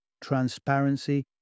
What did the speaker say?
transparency